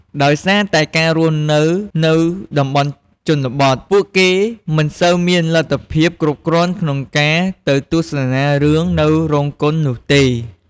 ដោយសារតែការរស់នៅនៅតំបន់ជនបទ ពួកគេមិនសូវមានលទ្ធភាពគ្រប់គ្រាន់ក្នុងការទៅទស្សនារឿងនៅរោងកុននោះទេ។